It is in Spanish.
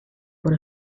por